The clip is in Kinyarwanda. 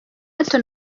hato